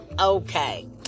okay